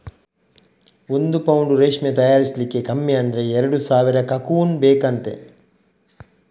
ಒಂದು ಪೌಂಡು ರೇಷ್ಮೆ ತಯಾರಿಸ್ಲಿಕ್ಕೆ ಕಮ್ಮಿ ಅಂದ್ರೆ ಎರಡು ಸಾವಿರ ಕಕೂನ್ ಬೇಕಂತೆ